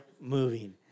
moving